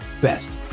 best